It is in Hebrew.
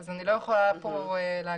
אני לא יכולה להגיד.